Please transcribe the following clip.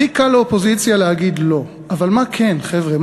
הכי קל לאופוזיציה להגיד "לא", אבל מה כן, חבר'ה?